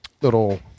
little